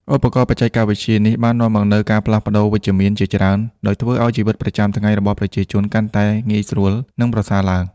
ឧបករណ៍បច្ចេកវិទ្យានេះបាននាំមកនូវការផ្លាស់ប្តូរវិជ្ជមានជាច្រើន ដោយធ្វើឱ្យជីវិតប្រចាំថ្ងៃរបស់ប្រជាជនកាន់តែងាយស្រួល និងប្រសើរឡើង។